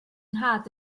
nhad